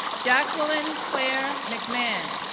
jacqueline clare mcmahon,